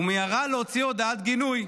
ומיהרה להוציא הודעת גינוי.